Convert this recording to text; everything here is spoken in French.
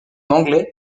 anglais